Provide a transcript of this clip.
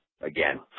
Again